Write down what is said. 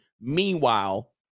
Meanwhile